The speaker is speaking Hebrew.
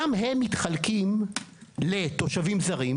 גם הם מתחלקים לתושבים זרים,